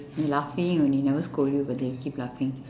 then laughing only never scold you but they keep laughing